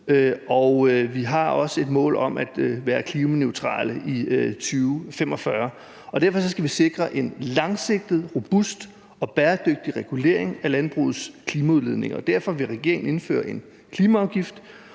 vi har også et mål om at være klimaneutrale i 2045. Derfor skal vi sikre en langsigtet, robust og bæredygtig regulering af landbrugets klimaudledninger, og derfor vil regeringen indføre en klimaafgift,